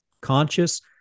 conscious